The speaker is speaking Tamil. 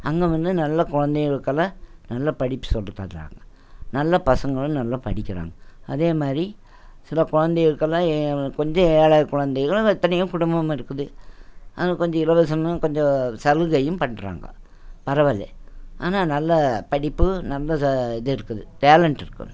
அங்கே வந்து நல்லா குழந்தைகளுக்கெல்லாம் நல்லா படிப்பு சொல்லி தர்றாங்க நல்லா பசங்களும் நல்லா படிக்கிறாங்க அதே மாதிரி சில குழந்தைகளுக்கெல்லாம் கொஞ்சம் ஏழைக் குழந்தைகளும் எத்தனையோ குடும்பமும் இருக்குது அங்கே கொஞ்சம் இலவசம்னு கொஞ்சம் சலுகையும் பண்ணுறாங்க பரவாயில்லை ஆனால் நல்ல படிப்பு நல்ல இது இருக்குது டேலண்ட் இருக்கு